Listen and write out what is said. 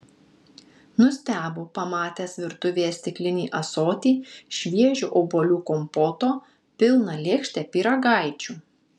nustebo pamatęs virtuvėje stiklinį ąsotį šviežio obuolių kompoto pilną lėkštę pyragaičių